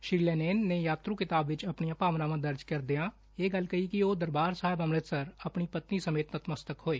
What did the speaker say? ਸ੍ਰੀ Lennon ਨੇ ਯਾਤਰੂ ਕਿਤਾਬ ਵਿਚ ਆਪਣੀਆਂ ਭਾਵਨਾਵਾਂ ਦਰਜ ਕਰਦਿਆਂ ਇਹ ਗੱਲ ਕਹੀ ਉਹ ਦਰਬਾਰ ਸਾਹਿਬ ਅੰਮ੍ਰਿਤਸਰ ਆਪਣੀ ਪਤਨੀ ਸਮੇਤ ਨਤਮਸਤਕ ਹੋਏ